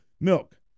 Milk